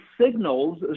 signals